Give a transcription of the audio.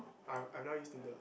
I I've not use tinder